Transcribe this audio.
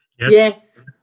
Yes